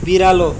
बिरालो